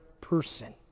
person